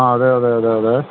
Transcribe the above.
ആ അതേയതേയതേയതേ